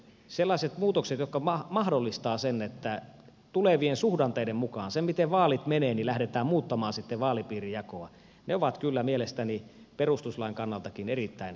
sellaiset muutokset jotka mahdollistavat sen että tulevien suhdanteiden mukaan sen mukaan miten vaalit menevät lähdetään muuttamaan sitten vaalipiirijakoa ovat kyllä mielestäni perustuslain kannaltakin erittäin ongelmallisia